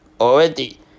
already